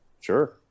sure